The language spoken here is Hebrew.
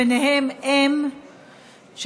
ובהם אם צעירה,